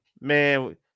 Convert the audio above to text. man